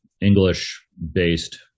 English-based